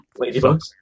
Ladybugs